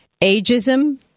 ageism